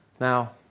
Now